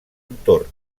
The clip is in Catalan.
entorn